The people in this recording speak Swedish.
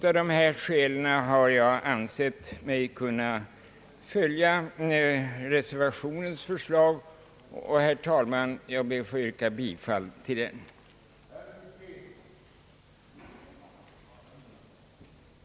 Av dessa skäl har jag ansett mig kunna följa reservationens förslag och ber, herr talman, att få yrka bifall till reservationen 1.